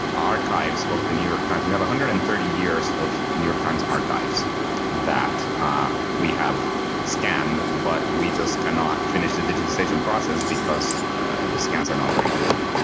archives of the new york times. we have one hundred and thirty years of new york times archives that ah we have scanned, but we just cannot finish the digitization process because the scans are not very good.